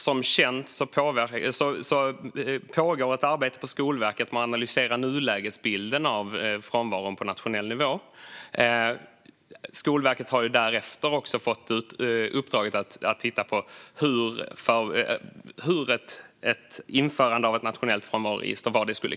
Som känt pågår ett arbete på Skolverket med att analysera nulägesbilden av frånvaron på nationell nivå. Skolverket har därefter också fått uppdraget att titta på vad som skulle krävas för ett införande av ett nationellt frånvaroregister.